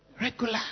Regular